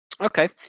okay